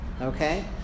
okay